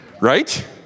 right